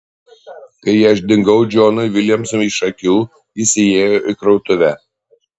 kai aš dingau džonui viljamsui iš akių jis įėjo į krautuvę